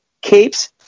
Capes